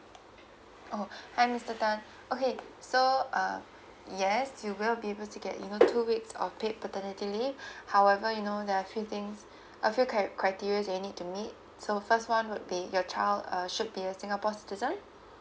oh hi mister tan okay so uh yes you will be able to get you know two weeks of paid maternity leave however you know there are few things I feel cri~ criteria that you need to meet so first one would be your child uh should be a singapore citizen